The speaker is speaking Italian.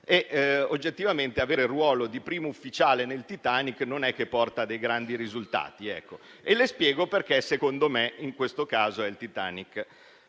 e oggettivamente avere il ruolo di primo ufficiale nel Titanic non è che porti a grandi risultati. Le spiego perché in questo caso parlo di Titanic: